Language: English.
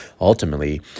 ultimately